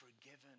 forgiven